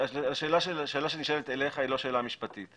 השאלה שמופנית אליך היא לא שאלה משפטית.